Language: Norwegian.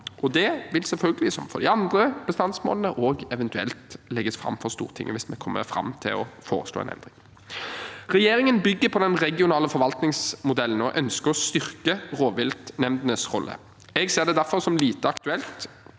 Det vil selvfølgelig også, som for de andre bestandsmålene, eventuelt legges fram for Stortinget, hvis vi kommer fram til å foreslå en endring. Regjeringen bygger på den regionale forvaltningsmodellen og ønsker å styrke rovviltnemndenes rolle. Jeg ser det derfor som lite aktuelt